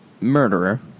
murderer